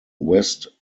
west